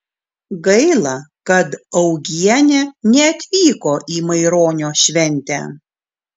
gaila kad augienė neatvyko į maironio šventę